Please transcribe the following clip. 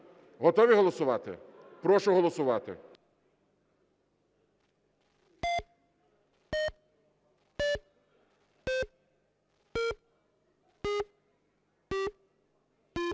Готові голосувати? Прошу голосувати.